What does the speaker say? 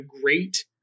great